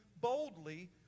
boldly